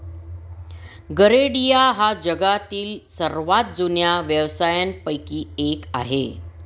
गरेडिया हा जगातील सर्वात जुन्या व्यवसायांपैकी एक आहे